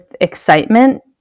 excitement